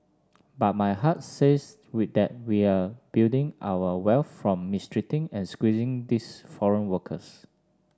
but my heart says we that we're building our wealth from mistreating and squeezing these foreign workers